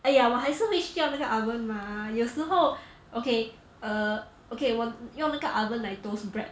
!aiya! 我还是会需要那个 oven mah 有时候 okay err okay 我用那个 oven 来 toast bread